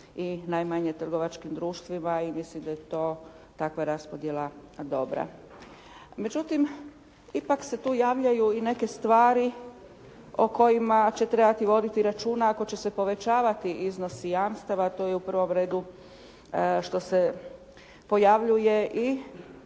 i najmanje trgovačkim društvima i mislim da je to takva raspodjela dobra. Međutim, ipak se tu javljaju neke stvari o kojima će trebati voditi računa ako će se povećavati iznosi jamstava, a to je u prvom redu što se pojavljuje i